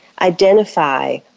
identify